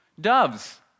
doves